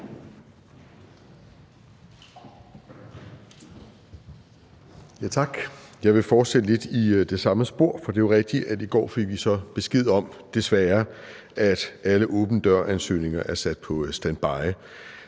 Tak. Jeg vil fortsætte lidt i det samme spor. For det er jo rigtigt, at vi i går fik besked om, desværre, at alle åben dør-ansøgninger er sat på standby,